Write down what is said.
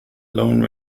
lone